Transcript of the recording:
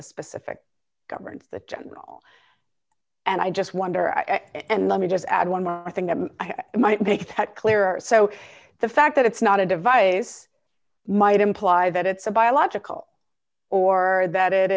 the specific government the general and i just wonder and let me just add one more thing that might make that clearer so the fact that it's not a device might imply that it's a biological or that it